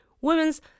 Women's